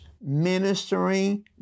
ministering